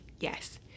Yes